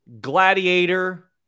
Gladiator